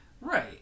Right